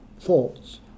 thoughts